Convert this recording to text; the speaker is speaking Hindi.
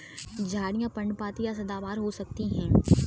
झाड़ियाँ पर्णपाती या सदाबहार हो सकती हैं